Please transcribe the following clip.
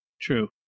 true